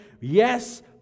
yes